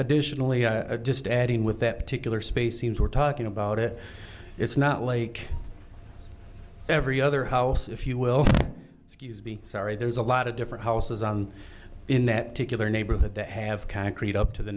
additionally i just adding with that particular space scenes we're talking about it it's not like every other house if you will excuse be sorry there's a lot of different houses on in that particular neighborhood that have concrete up to the